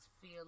feel